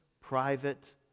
private